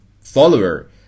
follower